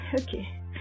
Okay